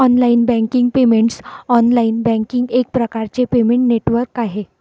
online banking payments online banking एक प्रकारचे payment network आहे